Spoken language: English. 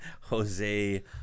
Jose –